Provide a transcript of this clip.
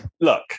Look